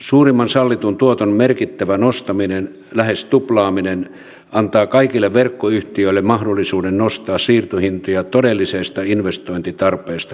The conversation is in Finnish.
suurimman sallitun tuoton merkittävä nostaminen lähes tuplaaminen antaa kaikille verkkoyhtiöille mahdollisuuden nostaa siirtohintoja todellisesta investointitarpeesta huolimatta